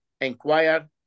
inquire